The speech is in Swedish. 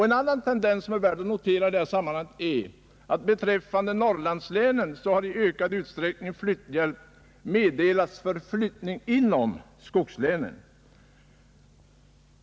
En annan tendens, som är värd att notera i detta sammanhang är, att flytthjälp har meddelats i ökad utsträckning för flyttning inom skogslänen.